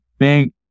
Big